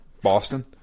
Boston